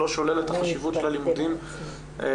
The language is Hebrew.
אני לא שולל את החשיבות של הלימודים בכולל,